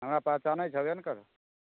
हमरा पहचानै छेबै ने करब